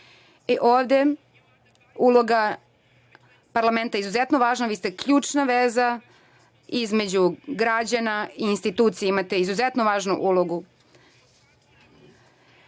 je uloga parlamenta izuzetno važna. Vi ste ključna veza između građana i institucije. Imate izuzetno važnu ulogu.U